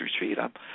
retreat